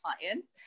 clients